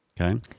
okay